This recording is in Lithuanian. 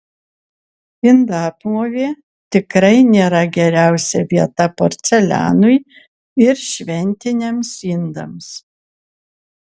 indaplovė tikrai nėra geriausia vieta porcelianui ir šventiniams indams